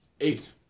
Eight